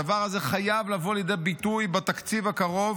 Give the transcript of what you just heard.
הדבר הזה חייב לבוא לידי ביטוי בתקציב הקרוב,